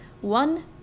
One